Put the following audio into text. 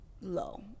low